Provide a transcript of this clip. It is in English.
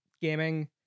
gaming